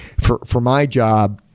for for my job,